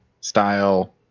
style